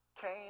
Cain